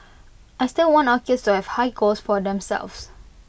I still want our kids to have high goals for themselves